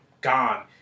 gone